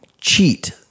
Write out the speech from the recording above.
cheat